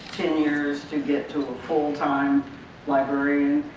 tenures to get to a full-time librarian.